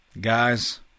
Guys